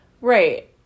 Right